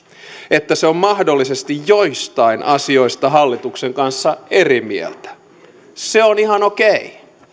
että se on mahdollisesti joistain asioista hallituksen kanssa eri mieltä se on ihan okei